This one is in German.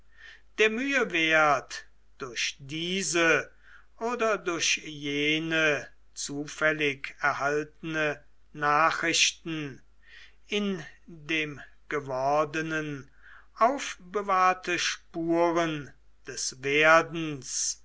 der mühe wert durch diese oder durch jene zufällig erhaltene nachrichten in dem gewordenen aufbewahrte spuren des werdens